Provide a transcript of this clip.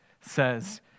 says